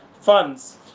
funds